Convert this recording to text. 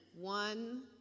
one